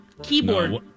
Keyboard